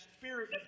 spirit